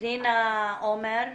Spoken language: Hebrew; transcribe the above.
פנינה עומר,